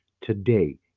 today